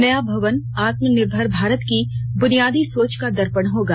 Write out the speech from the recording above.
नया भवन आत्मनिर्भर भारत की बुनियादी सोच का दर्पण होगा